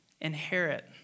inherit